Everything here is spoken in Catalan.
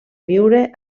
viure